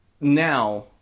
now